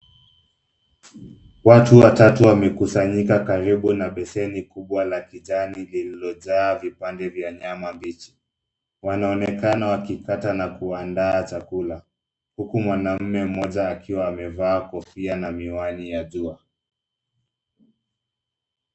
Watu watatu wamekusanyika karibu na beseni kubwa la kijani liliojaa vipande vya nyama mbichi. Wanaonekana wakikata na kuandaa chakula huku mwanaume mmoja akiwa amevaa kofia na miwani ya jua.